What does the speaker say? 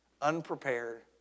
unprepared